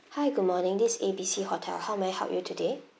hi good morning this is A B C hotel how may I help you today